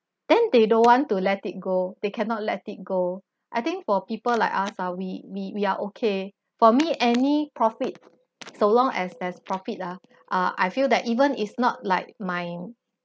then they don't want to let it go they cannot let it go I think for people like us ah we we are okay for me any profit so long as there's profit ah uh I feel that even is not like my